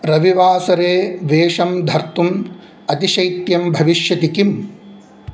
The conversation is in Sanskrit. रविवासरे वेषं धर्तुम् अतिशैत्यं भविष्यति किम्